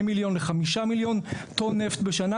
מיליון לחמישה מיליון טון נפט בשנה,